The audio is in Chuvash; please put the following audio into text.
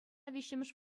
виҫҫӗмӗш